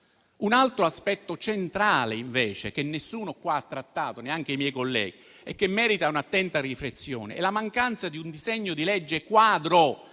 un altro aspetto centrale che nessuno qui ha trattato, neanche i miei colleghi, e che merita un'attenta riflessione. Mi riferisco alla mancanza di un disegno di legge quadro